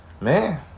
man